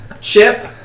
Chip